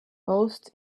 post